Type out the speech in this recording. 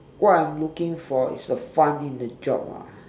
what i'm looking for is the fun in the job ah